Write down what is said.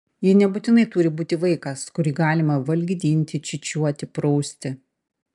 ji nebūtinai turi būti vaikas kurį galima valgydinti čiūčiuoti prausti